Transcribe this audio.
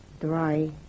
dry